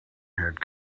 had